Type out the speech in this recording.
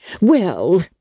Well